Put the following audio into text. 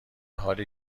حالی